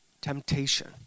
temptation